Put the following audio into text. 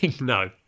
No